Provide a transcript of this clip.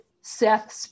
Seth